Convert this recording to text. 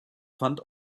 fand